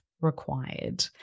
required